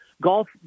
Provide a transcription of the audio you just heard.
golf